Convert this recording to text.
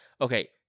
Okay